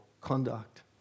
conduct